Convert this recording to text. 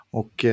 och